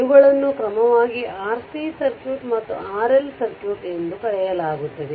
ಇವುಗಳನ್ನು ಕ್ರಮವಾಗಿ RC circuit ಮತ್ತು RL ಸರ್ಕ್ಯೂಟ್ ಎಂದು ಕರೆಯಲಾಗುತ್ತದೆ